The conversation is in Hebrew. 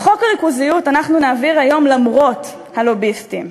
את חוק הריכוזיות אנחנו נעביר היום למרות הלוביסטים.